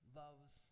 loves